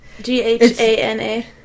G-H-A-N-A